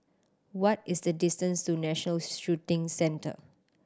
what is the distance to National Shooting Centre